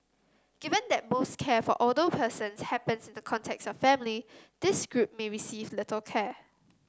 given that most care for older persons happens in the context of family this group may receive little care